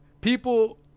people